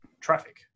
traffic